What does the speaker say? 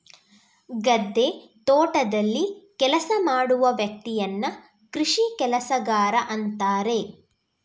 ಗದ್ದೆ, ತೋಟದಲ್ಲಿ ಕೆಲಸ ಮಾಡುವ ವ್ಯಕ್ತಿಯನ್ನ ಕೃಷಿ ಕೆಲಸಗಾರ ಅಂತಾರೆ